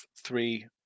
three